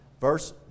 Verse